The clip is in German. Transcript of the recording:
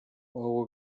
euro